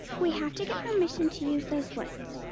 we have to get permission to use those words.